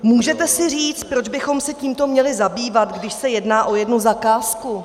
Můžete si říci, proč bychom se tímto měli zabývat, když se jedná o jednu zakázku.